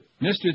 Mr